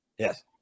Yes